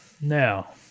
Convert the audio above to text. Now